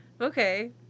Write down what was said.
Okay